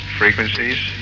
frequencies